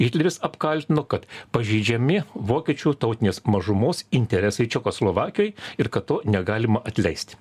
hitleris apkaltino kad pažeidžiami vokiečių tautinės mažumos interesai čekoslovakijoj ir kad to negalima atleisti